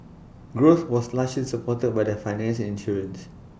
growth was largely supported by the finance and insurance